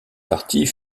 partie